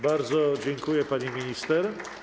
Bardzo dziękuję, pani minister.